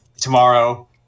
tomorrow